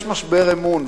יש משבר אמון,